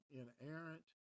inerrant